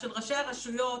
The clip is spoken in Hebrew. את ראשי הרשויות,